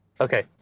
Okay